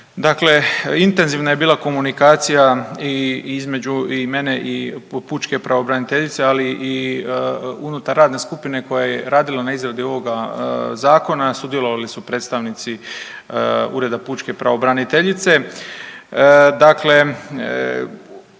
Dakle, intenzivna je bila komunikacija i između i mene i pučke pravobraniteljice, ali i unutar radne skupine koja je radila na izradi ovoga zakona, sudjelovali su predstavnici ureda pučke pravobraniteljice.